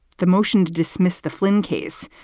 the motion to dismiss the flynn case.